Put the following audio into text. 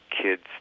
kids